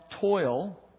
toil